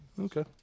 Okay